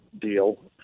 deal